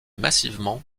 massivement